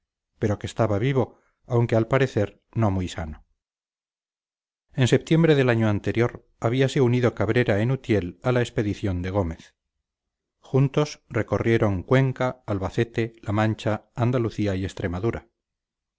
pero que estaba vivo aunque al parecer no muy sano en septiembre del año anterior habíase unido cabrera en utiel a la expedición de gómez juntos recorrieron cuenca albacete la mancha andalucía y extremadura